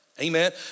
Amen